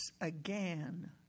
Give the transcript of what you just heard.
again